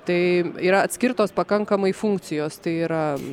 tai yra atskirtos pakankamai funkcijos tai yra